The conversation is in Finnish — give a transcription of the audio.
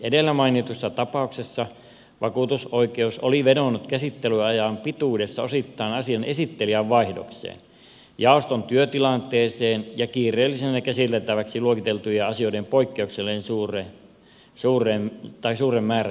edellä mainitussa tapauksessa vakuutusoikeus oli vedonnut käsittelyajan pituudessa osittain asian esittelijän vaihdokseen jaoston työtilanteeseen ja kiireellisenä käsiteltäväksi luokiteltujen asioiden poikkeuksellisen suureen määrään